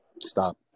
Stop